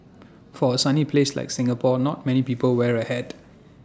for A sunny place like Singapore not many people wear A hat